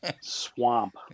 Swamp